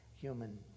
human